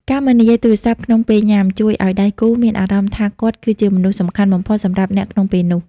ការមិននិយាយទូរស័ព្ទក្នុងពេលញ៉ាំ ជួយឱ្យដៃគូមានអារម្មណ៍ថាគាត់គឺជាមនុស្សសំខាន់បំផុតសម្រាប់អ្នកក្នុងពេលនោះ។